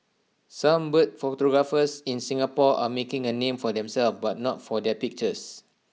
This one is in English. some bird photographers in Singapore are making A name for themselves but not for their pictures